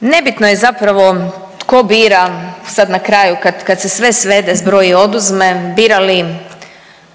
Nebitno je zapravo tko bira sad na kraju kad se sve svede, zbroji, oduzme bira li